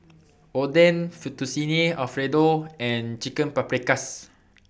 Oden Fettuccine Alfredo and Chicken Paprikas